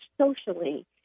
socially